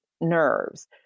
nerves